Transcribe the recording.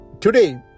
today